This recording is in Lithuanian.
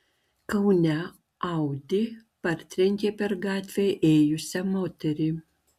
kaune audi partrenkė per gatvę ėjusią moterį